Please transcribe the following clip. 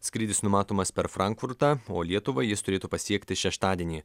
skrydis numatomas per frankfurtą o lietuvą jis turėtų pasiekti šeštadienį